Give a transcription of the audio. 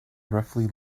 roughly